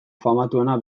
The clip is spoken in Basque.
famatuena